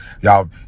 Y'all